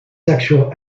sexual